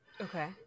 Okay